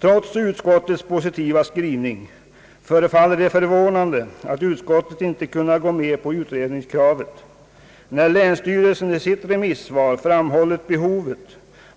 Trots utskottets positiva skrivning förefaller det mig förvånansvärt att utskottet inte kunnat gå med på utredningskravet, eftersom länsstyrelsen i sitt remissvar har framhållit att behovet